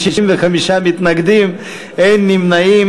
55 מתנגדים, אין נמנעים.